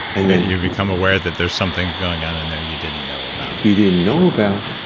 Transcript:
and then you become aware that there's something going on in there you didn't know about you didn't know about.